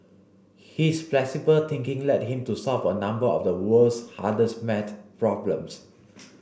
his flexible thinking led him to solve a number of the world's hardest maths problems